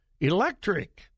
electric